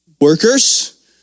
workers